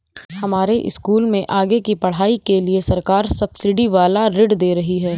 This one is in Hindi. हमारे स्कूल में आगे की पढ़ाई के लिए सरकार सब्सिडी वाला ऋण दे रही है